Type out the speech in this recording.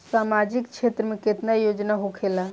सामाजिक क्षेत्र में केतना योजना होखेला?